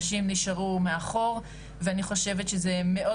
נשים נשארו מאחור ואני חושבת שזה מאוד